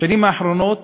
בשנים האחרונות